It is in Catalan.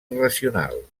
racional